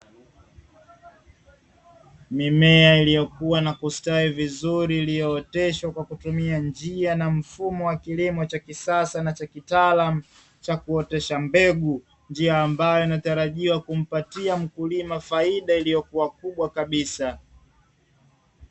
Mimea iliyokuwa na kustawi vizuri, iliyooteshwa na kutumia njia ya mfumo wa kilimo cha kisasa, na cha kitaalamu cha kuotesha mbegu. Njia ambayo inatumika kumpatia mkulima faida, iliyokuwa kubwa kabisa.